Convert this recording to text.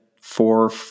four